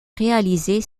réalisée